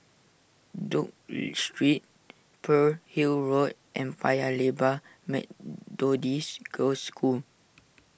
Duke Street Pearl's Hill Road and Paya Lebar Methodist Girls' School